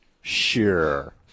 Sure